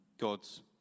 God's